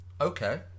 Okay